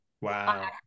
wow